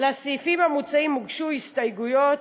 לסעיפים המוצעים הוגשו הסתייגויות.